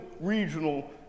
regional